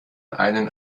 einen